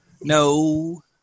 No